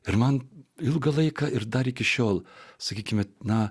ir man ilgą laiką ir dar iki šiol sakykime na